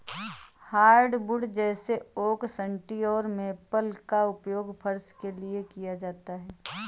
hardwood जैसे oak सन्टी और मेपल का उपयोग फर्श के लिए किया जाता है